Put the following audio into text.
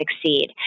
succeed